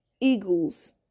eagles